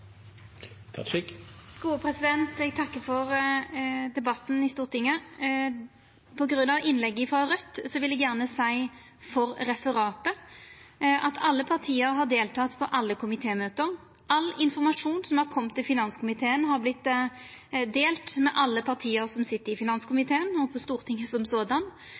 Eg takkar for debatten i Stortinget. På grunn av innlegget frå Raudt vil eg gjerne seia – for referatet – at alle parti har delteke på alle komitémøte. All informasjon som har kome til finanskomiteen, har vorte delt med alle parti som sit i finanskomiteen, og slik med Stortinget.